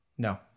No